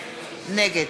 נגד